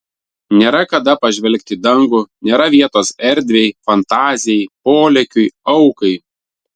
nėra kada pažvelgti į dangų nėra vietos erdvei fantazijai polėkiui aukai